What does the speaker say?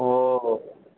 ও